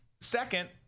Second